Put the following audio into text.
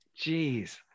Jeez